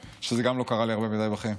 שזה גם לא קרה לי הרבה מדי בחיים,